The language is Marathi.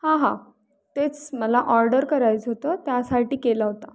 हां हां तेच मला ऑर्डर करायचं होतं त्यासाठी केला होता